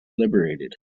liberated